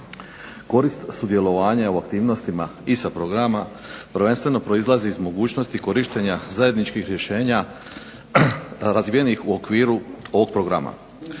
Korist sudjelovanja u aktivnostima ISA programa prvenstveno proizlazi iz mogućnosti korištenja zajedničkih rješenja razvijenih u okviru ovog programa.